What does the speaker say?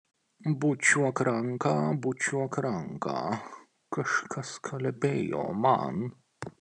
bučiuok ranką bučiuok ranką kažkas kalbėjo man